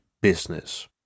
business